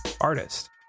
artist